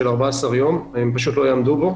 של 14 יום, הם פשוט לא יעמדו בו.